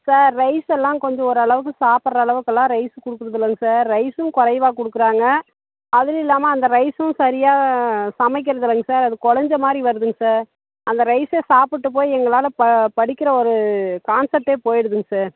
sir rice எல்லாம் கொஞ்சம் ஒரளவுக்கு சாப்புடுற அளவுக்கெல்லாம் ரைஸ் கொடுக்கறது இல்லைங்க சார் ரைஸ்ஸும் கொறைவாக கொடுக்குறாங்க அதுலையும் இல்லாமல் அந்த ரைஸ்ஸும் சரியாக சமைக்கறது இல்லைங்க சார் அது குழஞ்ச மாதிரி வருதுங்க சார் அந்த ரைஸில் சாப்பிட்டு போய் எங்களால் ப படிக்கிற ஒரு கான்செப்ட்டே போயிடுதுங்க சார்